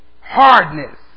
hardness